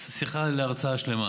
שיחה להרצאה שלמה.